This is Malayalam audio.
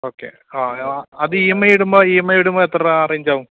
ഓക്കെ ആ അത് ഇ എം ഐ ഇടുമ്പോള് ഇ എം ഐ ഇടുമ്പോള് എത്ര രൂപ റെയ്ഞ്ചാവും